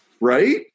right